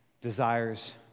desires